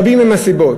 רבות הן הסיבות.